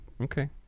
Okay